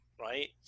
right